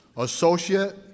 associate